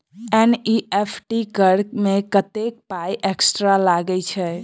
NEFT करऽ मे कत्तेक पाई एक्स्ट्रा लागई छई?